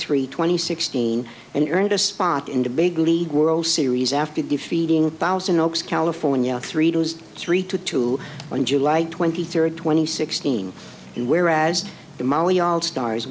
three twenty sixteen and earned a spot in the big league world series after defeating thousand california three toes three two two on july twenty third twenty sixteen in whereas the molly all stars